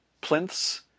plinths